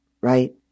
right